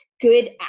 good